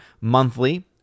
monthly